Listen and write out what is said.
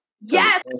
Yes